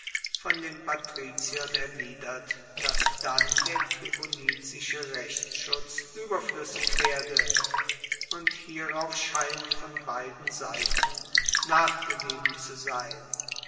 von den patriziern erwidert dass dann der tribunizische rechtsschutz ueberfluessig werde und hierauf scheint von beiden seiten nachgegeben zu sein